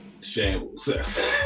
shambles